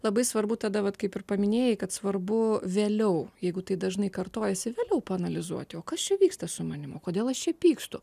labai svarbu tada vat kaip ir paminėjai kad svarbu vėliau jeigu tai dažnai kartojasi vėliau paanalizuoti o kas čia vyksta su manimi o kodėl aš čia pykstu